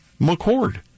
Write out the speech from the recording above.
McCord